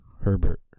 Herbert